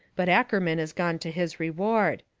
but ackerman is gone to his reward.